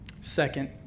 Second